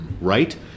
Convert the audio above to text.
Right